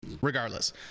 Regardless